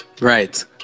Right